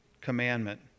commandment